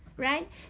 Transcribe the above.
Right